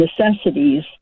necessities